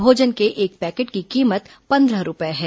भोजन के एक पैकेट की कीमत पंद्रह रूपये है